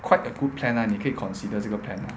quite a good plan lah 你可以 consider 这个 plan lah